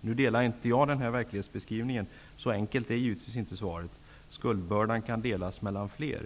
Jag instämmer inte i den verklighetsbeskrivningen. Så enkelt är givetvis inte svaret. Skuldbördan kan delas mellan fler.